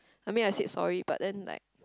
I mean I said sorry but then like